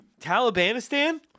Talibanistan